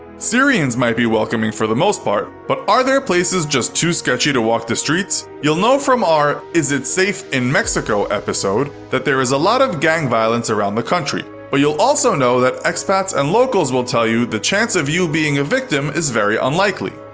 syrians might be welcoming for the most part, but are there places just too sketchy to walk the streets? you'll know from our is it safe in mexico episode that there is a lot of gang violence around the country, but you'll also know that expats and locals will tell you the chance of you being a victim is very unlikely.